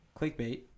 clickbait